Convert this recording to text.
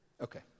Okay